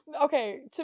Okay